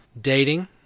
dating